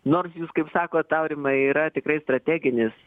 nors jūs kaip sakot aurimai yra tikrai strateginis